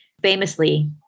Famously